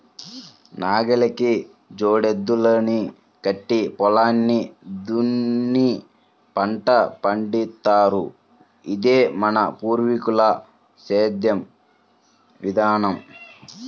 నాగలికి జోడెద్దుల్ని కట్టి పొలాన్ని దున్ని పంట పండిత్తారు, ఇదే మన పూర్వీకుల సేద్దెం విధానం